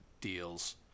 deals